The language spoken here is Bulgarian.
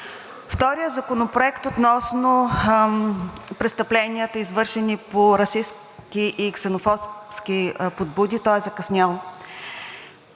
Вторият законопроект относно престъпленията, извършени по расистки и ксенофобски подбуди – той е закъснял